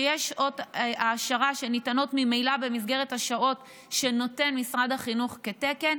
שיש שעות העשרה שניתנות ממילא במסגרת השעות שנותן משרד החינוך כתקן,